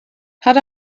had